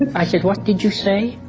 and i said, what did you say?